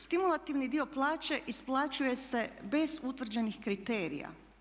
Stimulativni dio plaće isplaćuje se bez utvrđenih kriterija.